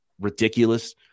ridiculous